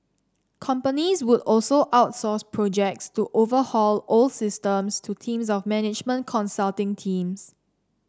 companies would also outsource projects to overhaul old systems to teams of management consulting teams